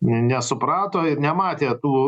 nesuprato ir nematė tų